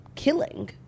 Killing